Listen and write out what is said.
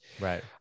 Right